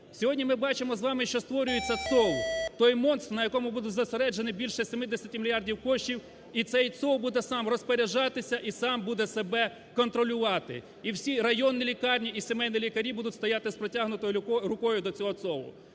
Сьогодні ми бачимо з вами, що створюється ЦОВВ – той монстр, на якому буде зосереджено більше 70 мільярдів коштів. І цей ЦОВВ буде сам розпоряджатися і сам буде себе контролювати. І всі районні лікарні і сімейні лікарі будуть стояти з протягнутою рукою до цього ЦОВВу.